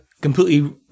Completely